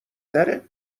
تره